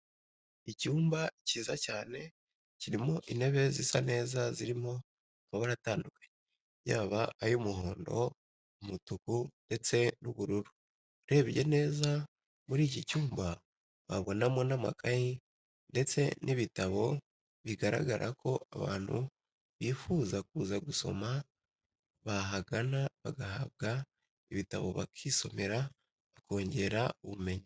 Icyumba kiza cyane kirimo intebe zisa neza zirimo amabara atandukanye, yaba ay'umuhondo, umutuku ndetse n'ubururu, urebye neza muri iki cyumba wabonamo n'amakaye ndetse n'ibitabo bigaragara ko abantu bifuza kuza gusoma bahagana bagahabwa ibitabo bakisomera bakongera ubumenyi.